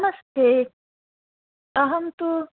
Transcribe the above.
नमस्ते अहं तु